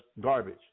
garbage